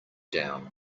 down